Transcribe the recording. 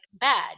bad